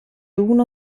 uno